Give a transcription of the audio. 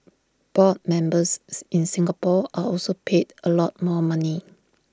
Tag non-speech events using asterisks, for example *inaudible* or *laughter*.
board members *unintelligible* in Singapore are also paid A lot more money